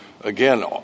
Again